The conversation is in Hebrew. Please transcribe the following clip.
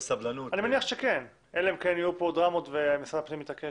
אני מניח שכן אלא אם יהיו כאן דרמות ומשרד הפנים יתעקש